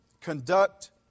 Conduct